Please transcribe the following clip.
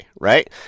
Right